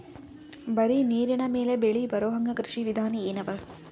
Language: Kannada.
ಬರೀ ನೀರಿನ ಮೇಲೆ ಬೆಳಿ ಬರೊಹಂಗ ಕೃಷಿ ವಿಧಾನ ಎನವ?